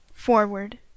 Forward